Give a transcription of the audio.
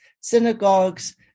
synagogues